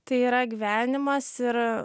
tai yra gyvenimas ir